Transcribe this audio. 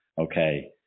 okay